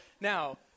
Now